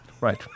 Right